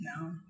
No